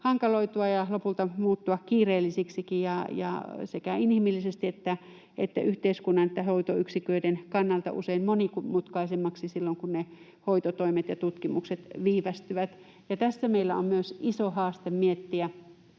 hankaloitua ja lopulta muuttua kiireellisiksikin ja sekä inhimillisesti että yhteiskunnan ja hoitoyksiköiden kannalta usein monimutkaisemmiksi silloin, kun hoitotoimet ja tutkimukset viivästyvät. Tässä meillä on myös iso haaste miettiä,